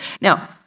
Now